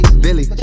billy